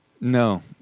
No